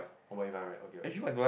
one point eight five right okay okay